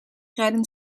rijden